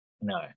No